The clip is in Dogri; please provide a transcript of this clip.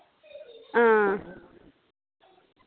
हां